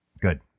Good